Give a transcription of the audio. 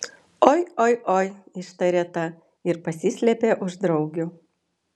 oi oi oi ištarė ta ir pasislėpė už draugių